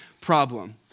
problem